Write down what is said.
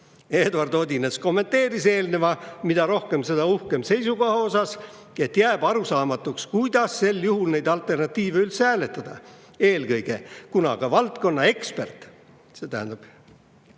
Eduard Odinets kommenteeris eelneva "mida rohkem, seda uhkem" seisukoha osas, et jääb arusaamatuks, kuidas sel juhul neid alternatiive üldse hääletada. Eelkõige, kuna ka valdkonna ekspert [See tähendab